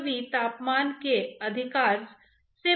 और वास्तव में यह तापमान पर निर्भर करता है